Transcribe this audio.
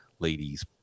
ladies